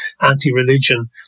anti-religion